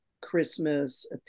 Christmas